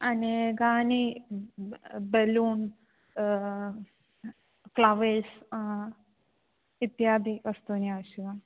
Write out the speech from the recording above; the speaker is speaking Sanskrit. अनेकानि ब् बेलून् क्लवेस इत्यादीनि वस्तूनि आवश्यकानि